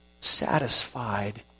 satisfied